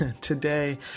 Today